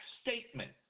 statement